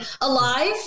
alive